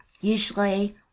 Usually